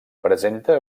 presenta